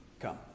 come